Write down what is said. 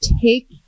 take